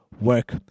work